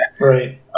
Right